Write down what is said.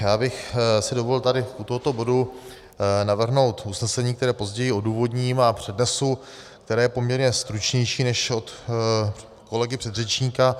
Já bych si dovolil tady u tohoto bodu navrhnout usnesení, které později odůvodním a přednesu, které je poměrně stručnější než od kolegy předřečníka.